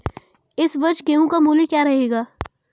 इस वर्ष गेहूँ का मूल्य क्या रहेगा?